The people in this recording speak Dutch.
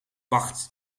wacht